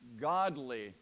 godly